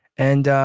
and